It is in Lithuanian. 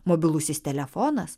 mobilusis telefonas